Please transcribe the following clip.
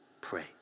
pray